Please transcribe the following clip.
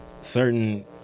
certain